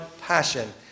passion